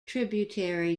tributary